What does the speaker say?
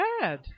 bad